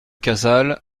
casals